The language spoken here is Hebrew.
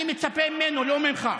אני מצפה ממנו, לא ממך.